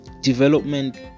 development